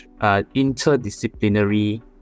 interdisciplinary